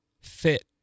Fit